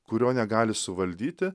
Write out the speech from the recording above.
kurio negali suvaldyti